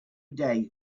day